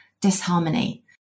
disharmony